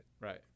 Right